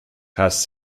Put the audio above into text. has